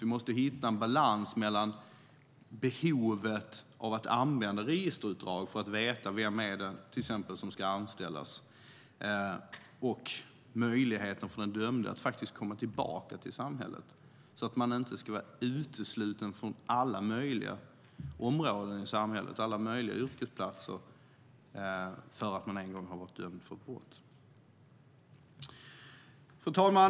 Vi måste hitta en balans mellan behovet av att använda registerutdrag för att veta vem det till exempel är som ska anställas och möjligheten för den dömde att faktiskt komma tillbaka till samhället, så att man inte är utesluten från alla möjliga områden i samhället, alla möjliga yrkesplatser därför att man en gång har varit dömd för ett brott. Fru talman!